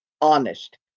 honest